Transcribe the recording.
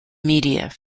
media